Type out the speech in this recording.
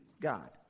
God